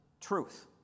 Truth